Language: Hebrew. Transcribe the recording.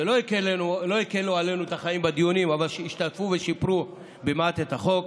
שלא הקלו עלינו את החיים בדיונים אבל השתתפו ושיפרו במעט את החוק.